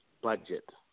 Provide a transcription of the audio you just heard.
budget